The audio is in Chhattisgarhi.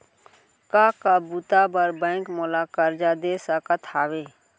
का का बुता बर बैंक मोला करजा दे सकत हवे?